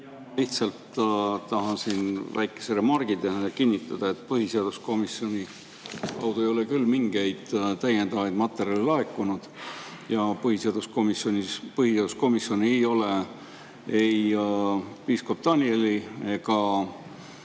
Lihtsalt tahan teha väikese remargi ja kinnitada, et põhiseaduskomisjoni kaudu ei ole küll mingeid täiendavaid materjale laekunud. Põhiseaduskomisjon ei ole ei piiskop Danieli ega